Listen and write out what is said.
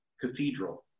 cathedral